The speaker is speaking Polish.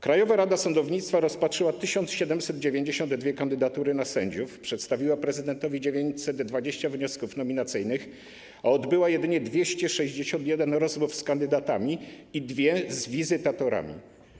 Krajowa Rada Sądownictwa rozpatrzyła 1792 kandydatury na sędziów, przedstawiła prezydentowi 920 wniosków nominacyjnych, a odbyła jedynie 261 rozmów z kandydatami i dwie z wizytatorami.